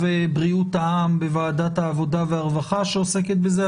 בריאות העם בוועדת העבודה והרווחה שעוסקת בזה.